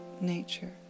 nature